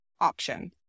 option